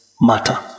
matter